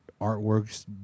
artwork's